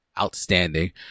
outstanding